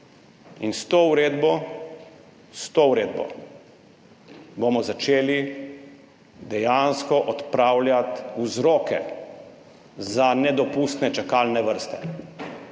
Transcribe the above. In s to uredbo bomo začeli dejansko odpravljati vzroke za nedopustne čakalne vrste.